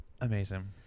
Amazing